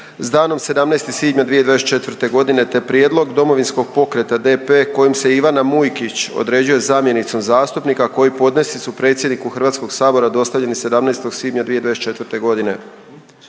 s danom 17. svibnja 2024. godine te prijedlog Domovinskog pokreta DP kojim se Ivana Mujkić određuje zamjenicom zastupnika koji podnesci su predsjedniku Hrvatskog sabora dostavljeni 17. svibnja 2024. godine.